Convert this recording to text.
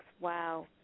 Wow